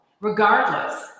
regardless